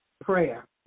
Prayer